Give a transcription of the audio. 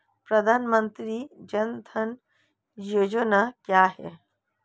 प्रधानमंत्री जन धन योजना क्या है?